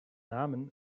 namen